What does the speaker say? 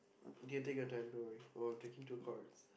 okay take your time don't worry oh thinking too hard